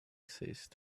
ceased